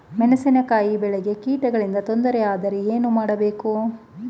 ಮೆಣಸಿನಕಾಯಿ ಬೆಳೆಗೆ ಕೀಟಗಳಿಂದ ತೊಂದರೆ ಯಾದರೆ ಏನು ಮಾಡಬೇಕು?